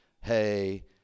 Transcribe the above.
hey